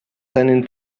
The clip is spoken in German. seinen